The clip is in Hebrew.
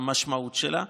המשמעות שלה.